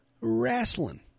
wrestling